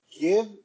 Give